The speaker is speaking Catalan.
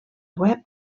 web